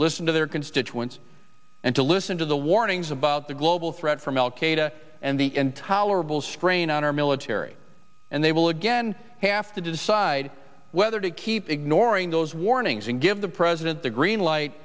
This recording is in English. listen to their constituents and to listen to the warnings about the global threat from al qaeda and the intolerable strain on our military and they will again have to decide whether to keep ignoring those warnings and give the president the green light